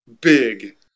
big